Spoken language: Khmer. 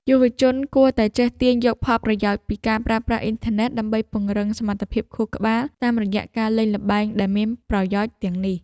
យុវជនគួរតែចេះទាញយកផលប្រយោជន៍ពីការប្រើប្រាស់អ៊ីនធឺណិតដើម្បីពង្រឹងសមត្ថភាពខួរក្បាលតាមរយៈការលេងល្បែងដែលមានប្រយោជន៍ទាំងនេះ។